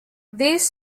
these